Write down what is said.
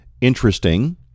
interesting